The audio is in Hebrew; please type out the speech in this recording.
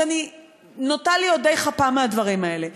אז אני נוטה להיות די חפה מהדברים האלה.